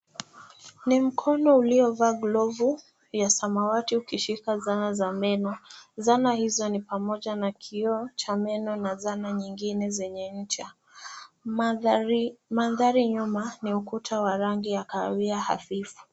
Ni mkono uliovaa glovu ya samawati ukishika zana za meno. Zana hizo ni pamoja na kioo cha meno na zana nyingine zenye ncha. Mandhari nyuma ni ukuta wa rangi ya kahawia hafifu.